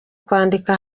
kwandika